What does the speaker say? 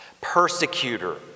persecutor